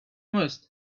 most